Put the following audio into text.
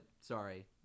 sorry